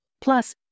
plus